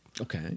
Okay